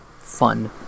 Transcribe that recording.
fun